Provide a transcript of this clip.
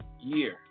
year